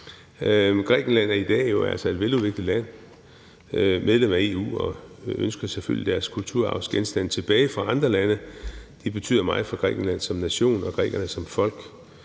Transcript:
Grækenland er jo altså i dag et veludviklet land, de er medlem af EU, og de ønsker selvfølgelig deres kulturarvgenstande tilbage fra andre lande. De betyder meget for Grækenland som nation og grækerne som folk,